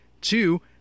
Two